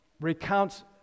recounts